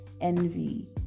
envy